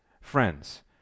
friends